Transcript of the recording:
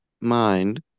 mind